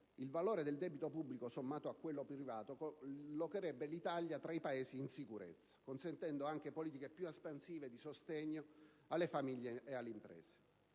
il valore del debito pubblico sommato a quello privato, collocherebbe l'Italia tra i Paesi "in sicurezza", consentendo anche politiche più espansive di sostegno alle famiglie ed alle imprese.